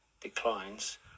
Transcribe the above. declines